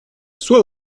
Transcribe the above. soit